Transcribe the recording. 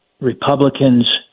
Republicans